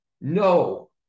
no